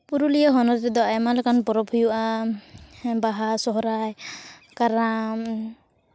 ᱯᱩᱨᱩᱞᱤᱭᱟᱹ ᱦᱚᱱᱚᱛ ᱨᱮᱫᱚ ᱟᱭᱢᱟ ᱞᱮᱠᱟᱱ ᱯᱚᱨᱚᱵᱽ ᱦᱩᱭᱩᱜᱼᱟ ᱵᱟᱦᱟ ᱥᱚᱨᱦᱟᱭ ᱠᱟᱨᱟᱢ